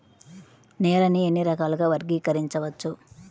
నేలని ఎన్ని రకాలుగా వర్గీకరించవచ్చు?